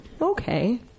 Okay